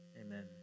amen